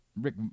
Rick